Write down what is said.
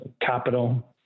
capital